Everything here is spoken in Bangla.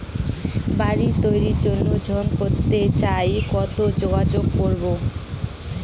বাড়ি তৈরির জন্য ঋণ করতে চাই কোথায় যোগাযোগ করবো?